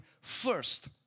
first